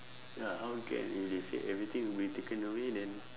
ya how can if they say everything will be taken away then